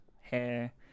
Hair